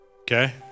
Okay